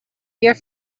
your